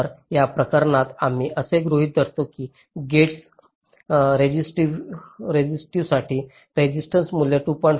तर या प्रकरणात आम्ही असे गृहीत धरतो की गेट्स रेसिस्टिव्हतेसाठी रेजिस्टन्स मूल्य 2